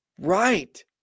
Right